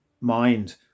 mind